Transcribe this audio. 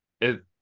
it-